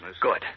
Good